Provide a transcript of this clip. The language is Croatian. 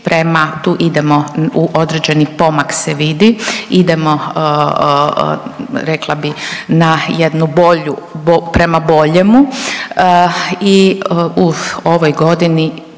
tu idemo u određeni pomak se vidi, idemo rekla bi na jednu bolju prema boljemu i u ovoj godini